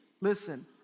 listen